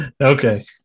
Okay